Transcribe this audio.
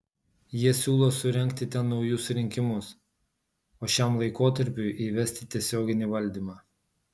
jie siūlo surengti ten naujus rinkimus o šiam laikotarpiui įvesti tiesioginį valdymą